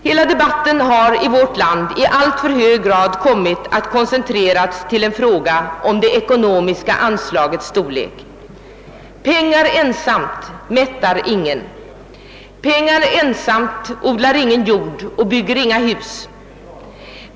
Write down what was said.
Hela debatten i vårt land har i alltför hög grad kommit att koncentreras till en fråga om det ekonomiska anslagets storlek. Pengar ensamt mättar ingen. Pengar ensamt odlar ingen jord och bygger inga hus.